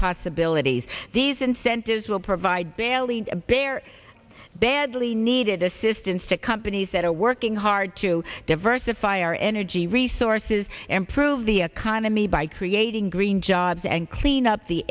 possibilities these incentives will provide barely a bare badly needed assistance to companies that are working hard to diversify our energy resources improve the economy by creating green jobs and clean up the